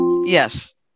Yes